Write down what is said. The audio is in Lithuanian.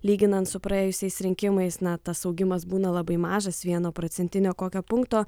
lyginant su praėjusiais rinkimais na tas augimas būna labai mažas vieno procentinio kokio punkto